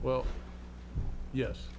well yes